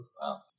Wow